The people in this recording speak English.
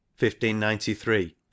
1593